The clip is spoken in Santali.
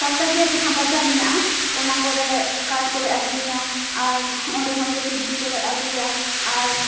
ᱥᱚᱯᱛᱟ ᱠᱤᱭᱟᱹ ᱡᱟᱦᱟᱸ ᱵᱟᱡᱟᱨ ᱢᱮᱱᱟᱜᱼᱟ ᱚᱱᱟ ᱠᱚᱨᱮ ᱠᱟᱴ ᱠᱚᱞᱮ ᱟᱹᱠᱷᱟᱨᱤᱧᱟ ᱟᱨ ᱚᱸᱰᱮ ᱠᱷᱚᱱ ᱜᱮ ᱥᱚᱵᱽᱡᱤ ᱠᱚᱞᱮ ᱟᱹᱜᱩᱭᱟ ᱟᱨ